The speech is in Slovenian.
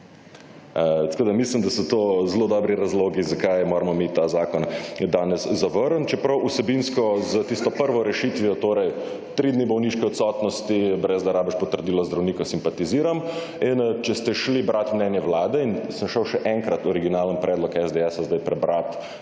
mislim, da so to zelo dobri razlogi zakaj moramo mi ta zakon danes zavrniti, čeprav vsebinsko s tisto prvo rešitvijo torej 3 dni bolniške odsotnosti brez da rabiš potrdilo od zdravnika simpatiziram. In če ste šli brati mnenje vlade in sem šel še enkrat originalen predlog SDS sedaj prebrati,